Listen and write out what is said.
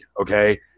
okay